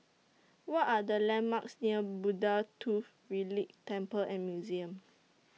What Are The landmarks near Buddha Tooth Relic Temple and Museum